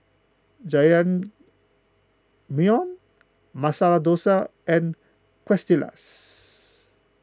Jajangmyeon Masala Dosa and Quesadillas